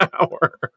hour